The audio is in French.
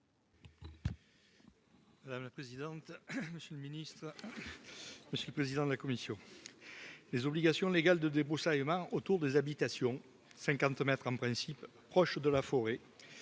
Madame la présidente, monsieur le ministre, monsieur le président de la commission, les obligations légales de débroussaillement autour des habitations 50 mètres en principe proche de la forêt